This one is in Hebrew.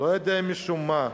משום מה,